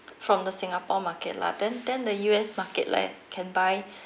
from the singapore market lah then then the U_S market leh can buy